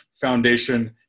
foundation